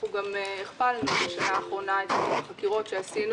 גם הכפלנו בשנה האחרונה את החקירות שעשינו